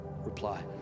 reply